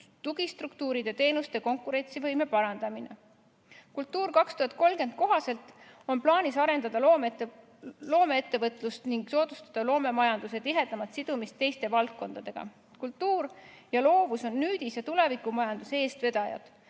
tugistruktuuride teenuste konkurentsivõime parandamine. "Kultuur 2030" kohaselt on plaanis arendada loomeettevõtlust ning soodustada loomemajanduse tihedamat sidumist teiste valdkondadega. Kultuur ja loovus on nüüdis- ja tulevikumajanduse eestvedajad.